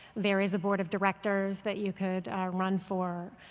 there is a board of directors that you could run for.